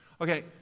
Okay